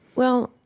well,